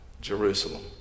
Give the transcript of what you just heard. Jerusalem